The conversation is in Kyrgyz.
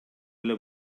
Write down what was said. эле